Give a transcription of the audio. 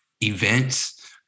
events